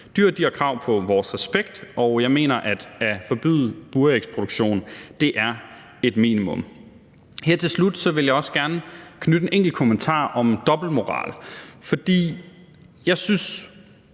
Dyr har krav på vores respekt, og jeg mener, at det at forbyde burægproduktion er et minimum. Her til slut vil jeg også gerne komme med en enkelt kommentar om dobbeltmoral.